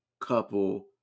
couple